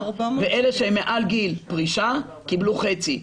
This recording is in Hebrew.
ואלה שהם מעל גיל פרישה קיבלו חצי,